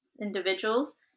individuals